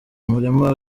umurima